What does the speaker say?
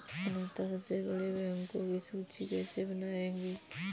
अनीता सबसे बड़े बैंकों की सूची कैसे बनायेगी?